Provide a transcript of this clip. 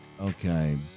Okay